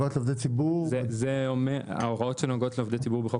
ההוראות הנוגעות לעובדי ציבור -- ההוראות שנוגעות לעובדי ציבור בחוק